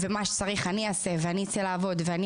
ומה שצריך אני אעשה ואני אצא לעבוד ואני